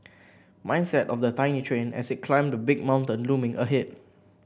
mindset of the tiny train as it climbed the big mountain looming ahead